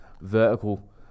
vertical